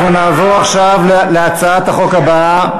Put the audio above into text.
אנחנו נעבור עכשיו להצעת החוק הבאה.